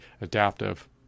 adaptive